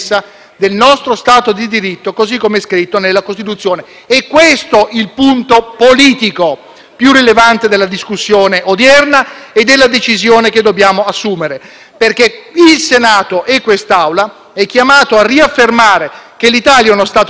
più rilevante della discussione odierna e della decisione che dobbiamo assumere, perché il Senato e quest'Assemblea sono chiamati a riaffermare che l'Italia è uno Stato di diritto in cui sono in vigore i principi di responsabilità e uguaglianza. Questo è il punto, signor Presidente.